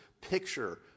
picture